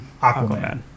Aquaman